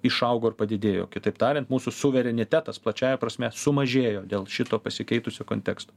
išaugo ir padidėjo kitaip tariant mūsų suverenitetas plačiąja prasme sumažėjo dėl šito pasikeitusio konteksto